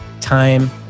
time